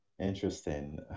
Interesting